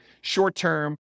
short-term